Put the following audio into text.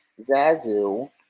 Zazu